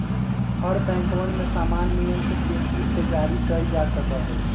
हर बैंकवन में समान नियम से चेक बुक के जारी कइल जा सका हई